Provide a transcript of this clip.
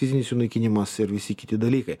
fizinis sunaikinimas ir visi kiti dalykai